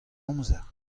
amzer